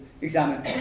examine